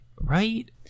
Right